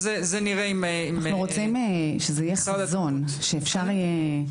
אנחנו רוצים שזה יהיה חזון שאפשר יהיה להמשיך ממנו.